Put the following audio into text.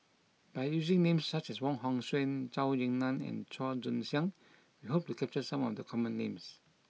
by using names such as Wong Hong Suen Zhou Ying Nan and Chua Joon Siang we hope to capture some of the common names